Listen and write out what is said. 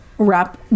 Wrap